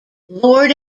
lord